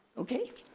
okay.